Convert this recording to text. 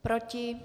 Proti?